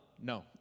No